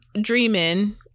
dreaming